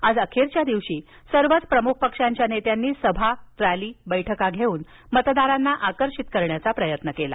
आज अखेरच्या दिवशी सर्वच प्रमुख पक्षांच्या नेत्यांनी सभा रॅली बैठका घेऊन मतदारांना आकर्षित करण्याचा प्रयत्न केला